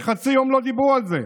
וחצי יום לא דיברו על זה.